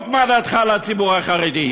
בדיוק מה דעתך על הציבור החרדי.